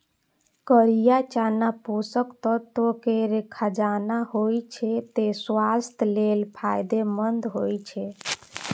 करिया चना पोषक तत्व केर खजाना होइ छै, तें स्वास्थ्य लेल फायदेमंद होइ छै